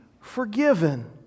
forgiven